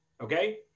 okay